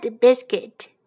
Biscuit